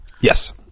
Yes